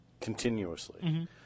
continuously